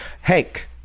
Hank